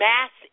Mass